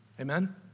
Amen